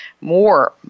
more